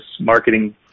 marketing